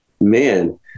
Man